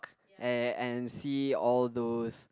uh and and see all those